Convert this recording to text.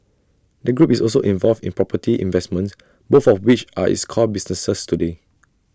the group is also involved in property investments both of which are its core businesses today